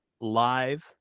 live